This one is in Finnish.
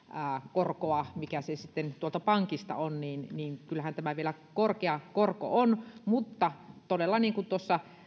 korkoa mikä se sitten tuolta pankista on niin niin kyllähän tämä vielä korkea korko on mutta todella niin kuin tuossa